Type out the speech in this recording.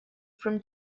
from